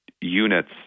units